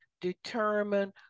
determine